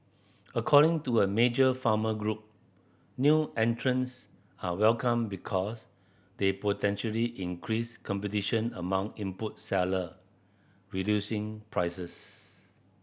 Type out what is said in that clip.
according to a major farmer group new entrants are welcome because they potentially increase competition among input seller reducing prices